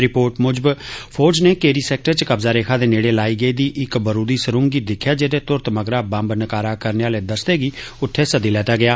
रिपोर्टें मुजब फौज नै केरी सैक्टर च कब्जा रेखा दे नेड़े लाई गेदी इक बारूदी सुरंग गी दिक्खेआ जेहदे तुरत मगरा बम्ब नकारा करने आह्ले दस्ते गी उत्थे सद्दी लैता गेआ